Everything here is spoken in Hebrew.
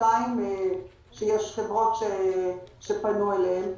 שנתיים שיש חברות שפנו אליהן.